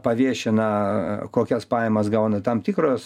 paviešina kokias pajamas gauna tam tikros